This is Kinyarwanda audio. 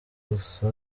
gusa